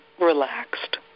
relaxed